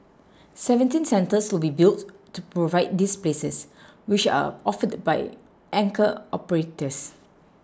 seventeen centres will be built to provide these places which are offered by anchor operators